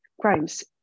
crimes